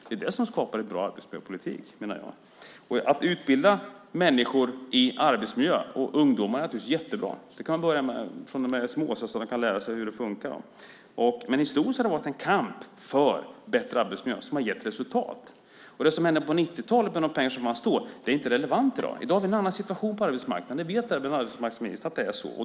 Det är det som skapar en bra arbetsmiljöpolitik. Att utbilda människor och också ungdomar i arbetsmiljö är jättebra. Det kan man börja med från det att barnen är små så att de kan lära sig hur det fungerar. Men historiskt har det varit en kamp för bättre arbetsmiljö som har gett resultat. Det som hände på 90-talet med de pengar som fanns då är inte relevant i dag. I dag har vi en annan situation på arbetsmarknaden. Även arbetsmarknadsministern vet att det är så.